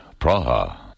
Praha